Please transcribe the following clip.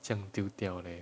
这样丢掉 leh